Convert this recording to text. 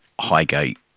Highgate